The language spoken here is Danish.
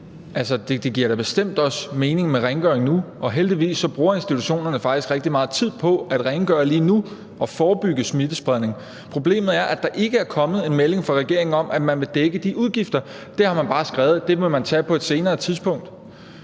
Det giver da bestemt også mening med rengøring nu, og heldigvis bruger institutionerne faktisk rigtig meget tid på at rengøre lige nu og forebygge smittespredning. Problemet er, at der ikke er kommet en melding fra regeringen om, at man vil dække de udgifter. Det har man bare skrevet at man vil tage på et senere tidspunkt.